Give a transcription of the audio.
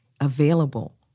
available